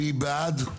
מי בעד?